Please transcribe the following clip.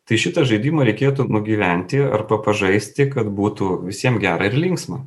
tai šitą žaidimą reikėtų nugyventi arba pažaisti kad būtų visiem gera ir linksma